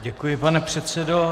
Děkuji, pane předsedo.